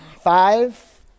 Five